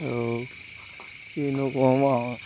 আৰু কিনো কম আৰু